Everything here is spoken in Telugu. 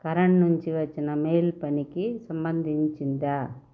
కరణ్ నుంచి వచ్చిన మెయిల్ పనికి సంబంధించిందా